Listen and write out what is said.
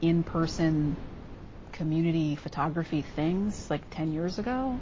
in-person community photography things like ten years ago.